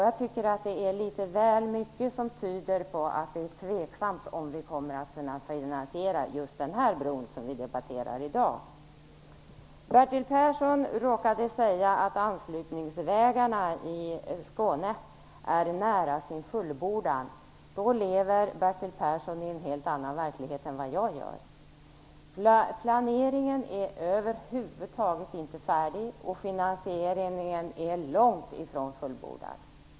Jag tycker att det är litet väl mycket som tyder på att det är tveksamt om vi kommer att kunna finansiera just den bro som vi debatterar i dag. Skåne är nära sin fullbordan. Då lever Bertil Persson i en helt annan verklighet än jag. Planeringen är över huvud taget inte färdig, och finansieringen är långtifrån fullbordad.